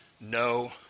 No